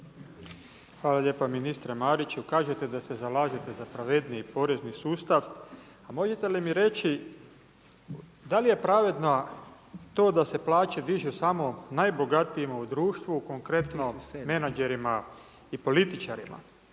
Hvala lijepo ministre Mariću, kažete da se zalažete za pravedniji porezni sustav, možete li mi reći, da li je pravedno to da se plaće dižu samo najbogatijima u društvu, konkretno menadžerima i političarima?